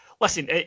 Listen